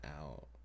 out